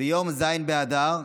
ביום ז' באדר.